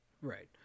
Right